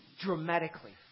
dramatically